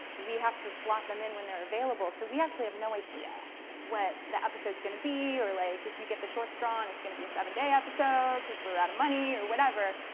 we have to slot them in when they're available, so we actually have no idea what the episode's gonna be or like if you get the short straw and it's gonna be a seven day episode because we're out of money or whatever.